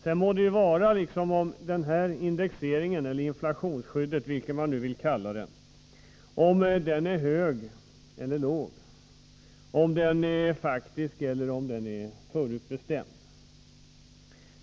Sedan må så vara om indexeringen eller inflationsskyddet — vilkendera benämning man än vill använda — är hög eller låg, är faktisk eller förutbestämd.